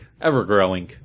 Ever-growing